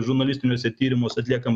žurnalistiniuose tyrimus atliekam